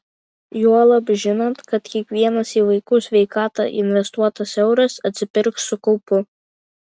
juolab žinant kad kiekvienas į vaikų sveikatą investuotas euras atsipirks su kaupu